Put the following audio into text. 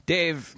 Dave